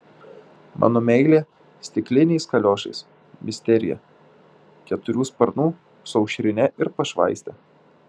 mano meilė stikliniais kaliošais misterija keturių sparnų su aušrine ir pašvaiste